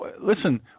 listen